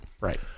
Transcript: Right